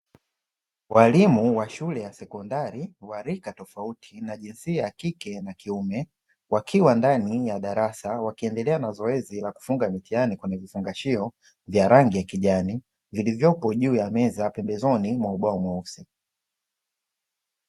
Walimu wa shule ya sekondari wa rika tofauti na jinsia ya kike na kiume, wakiwa ndani ya darasa wakiendelea na zoezi la kufunga mitihani kwenye vifungashio vya rangi ya kijani, vilivyopo juu ya meza pembezoni mwa ubao mweusi.